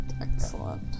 Excellent